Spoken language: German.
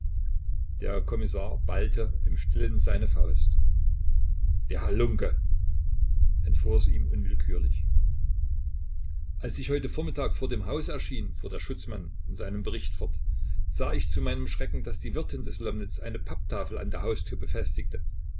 der kommissar ballte im stillen seine faust der halunke entfuhr es ihm unwillkürlich als ich heute vormittag vor dem hause erschien fuhr der schutzmann in seinem bericht fort sah ich zu meinem schrecken daß die wirtin des lomnitz eine papptafel an der haustür befestigte